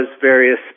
various